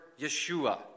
Yeshua